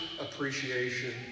Appreciation